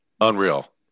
unreal